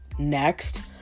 next